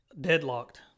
deadlocked